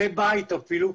כלי בית אפילו,